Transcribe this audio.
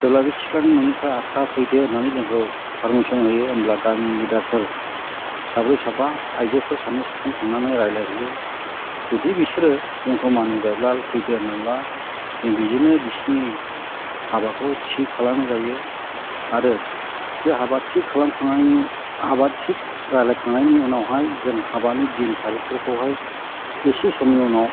जेब्ला बे सिख्लानि न'निफ्राय आच्चा फैदो होन्नानै जोंखौ फारमिसन होयो होनब्ला गामिनि लिदारफोर साब्रै साबा आइजोफोर सानै साथाम थांनानै रायज्लायहैयो जुदि बिसोरो जोंखौ मानिबायब्ला फैदो होनबायब्ला जों बेजोंनो बिसोरनि हाबाखौ थि खालामनाय जायो आरो बे हाबा थि खालामखांनायनि हाबा थि रायलायखांनायनि उनावहाय जों हाबानि दिन थारिखफोरखौहाय एसे समनि उनाव